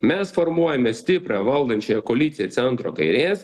mes formuojame stiprią valdančiąją koaliciją centro kairės